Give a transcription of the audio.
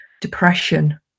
Depression